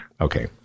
Okay